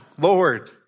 Lord